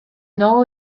know